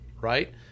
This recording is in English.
right